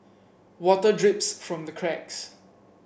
water drips from the cracks